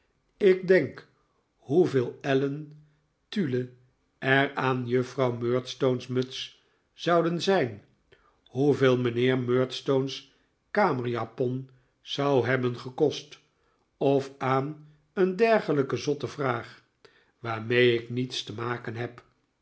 ik denk hoeveel ellen tulle er aan juffrouw murdstone's muts zouden zijn hoeveel mijnheer murdstone's kamerjapon zou hebben gekost of aan een dergelijke zotte vraag waarmee ik niets te maken heb